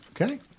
Okay